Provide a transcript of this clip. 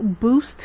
boost